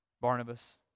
Barnabas